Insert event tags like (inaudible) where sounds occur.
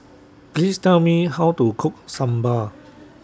Please Tell Me How to Cook Sambar (noise)